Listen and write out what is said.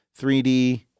3D